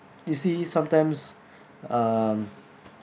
you see sometimes um